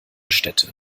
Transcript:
städte